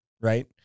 right